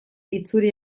itzuri